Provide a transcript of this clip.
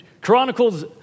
Chronicles